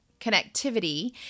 connectivity